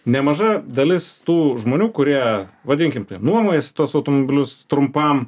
nemaža dalis tų žmonių kurie vadinkim taip nuomojas tuos automobilius trumpam